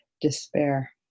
despair